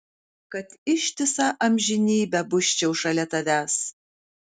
kad ištisą amžinybę busčiau šalia tavęs